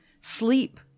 Sleep